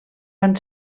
van